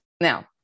Now